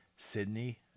Sydney